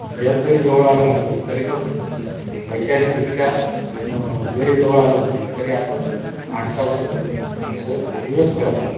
जग जरी जवळ आलं म्हटलं तरी पण वैचारिकदृष्ट्या जरी जवळ आलं म्हटलं तरी आपण माणसापासून माणसं दूरच करत आहो